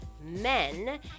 men